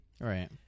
Right